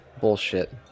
bullshit